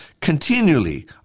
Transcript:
Continually